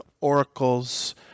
oracles